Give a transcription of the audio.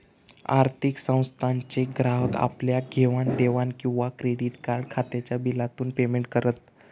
आर्थिक संस्थानांचे ग्राहक आपल्या घेवाण देवाण किंवा क्रेडीट कार्ड खात्याच्या बिलातून पेमेंट करत